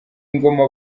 ingoma